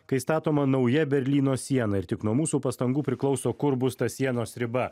kai statoma nauja berlyno siena ir tik nuo mūsų pastangų priklauso kur bus ta sienos riba